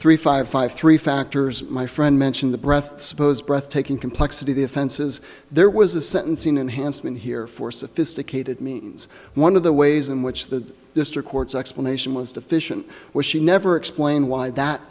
three five five three factors my friend mentioned the breath supposed breath taking complexity the offenses there was a sentencing enhancement here for sophisticated means one of the ways in which the district courts explanation was deficient where she never explain why that